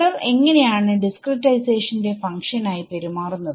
error എങ്ങനെ ആണ് ഡിസ്ക്രിടൈസേഷന്റെ ഫങ്ക്ഷൻ ആയി പെരുമാറുന്നത്